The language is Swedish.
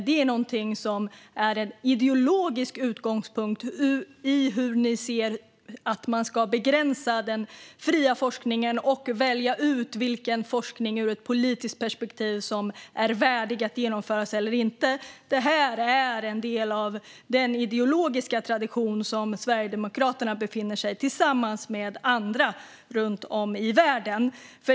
Det är en ideologisk utgångspunkt i hur ni ser att man ska begränsa den fria forskningen och välja ut vilken forskning som ur ett politiskt perspektiv är värdig att genomföras eller inte. Det är en del av den ideologiska tradition där Sverigedemokraterna befinner sig tillsammans med andra runt om i världen.